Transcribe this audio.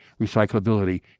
recyclability